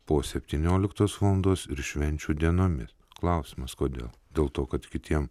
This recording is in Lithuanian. po septynioliktos valandos ir švenčių dienomis klausimas kodėl dėl to kad kitiem